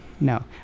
No